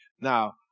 Now